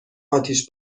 اتیش